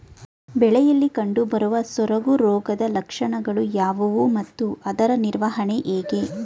ಬೆಳೆಯಲ್ಲಿ ಕಂಡುಬರುವ ಸೊರಗು ರೋಗದ ಲಕ್ಷಣಗಳು ಯಾವುವು ಮತ್ತು ಅದರ ನಿವಾರಣೆ ಹೇಗೆ?